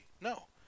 No